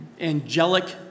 angelic